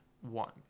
one